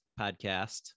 podcast